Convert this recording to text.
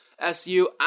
SU